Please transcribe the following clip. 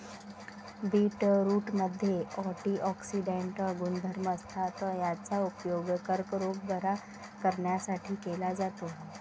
बीटरूटमध्ये अँटिऑक्सिडेंट गुणधर्म असतात, याचा उपयोग कर्करोग बरा करण्यासाठी केला जातो